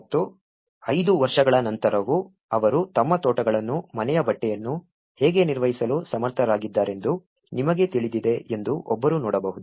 ಮತ್ತು ಐದು ವರ್ಷಗಳ ನಂತರವೂ ಅವರು ತಮ್ಮ ತೋಟಗಳನ್ನು ಮನೆಯ ಬಟ್ಟೆಯನ್ನು ಹೇಗೆ ನಿರ್ವಹಿಸಲು ಸಮರ್ಥರಾಗಿದ್ದಾರೆಂದು ನಿಮಗೆ ತಿಳಿದಿದೆ ಎಂದು ಒಬ್ಬರು ನೋಡಬಹುದು